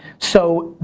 so,